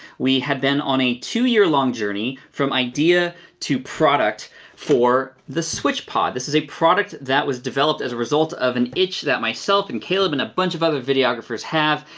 we have been on a two year long journey from idea to product for the switchpod. this is a product that was developed as a result of an itch that myself and caleb and a bunch of other videographers have,